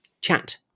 chat